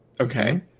Okay